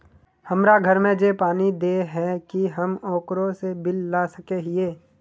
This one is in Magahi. हमरा घर में जे पानी दे है की हम ओकरो से बिल ला सके हिये?